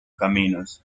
caminos